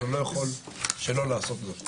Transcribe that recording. אבל אני לא יכול שלא לעשות זאת.